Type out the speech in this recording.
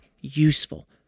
useful